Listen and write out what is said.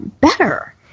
better